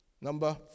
Number